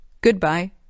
Goodbye